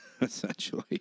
Essentially